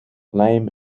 lijm